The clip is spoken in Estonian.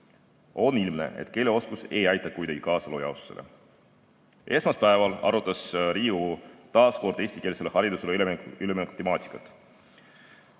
On ilmne, et keeleoskus ei aita kuidagi kaasa lojaalsusele. Esmaspäeval arutas Riigikogu taas kord eestikeelsele haridusele ülemineku temaatikat.